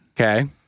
Okay